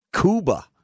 Cuba